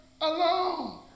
alone